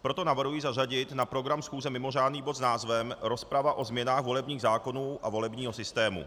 Proto navrhuji zařadit na program schůze mimořádný bod s názvem Rozprava o změnách volebních zákonů a volebního systému.